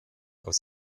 aus